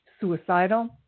suicidal